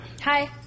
Hi